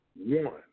one